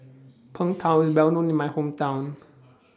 Png Tao IS Well known in My Hometown